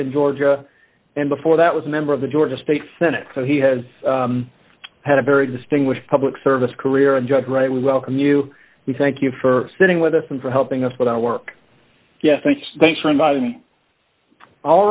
in georgia and before that was a member of the georgia state senate so he has had a very distinguished public service career and just right we welcome you we thank you for sitting with us and for helping us with our work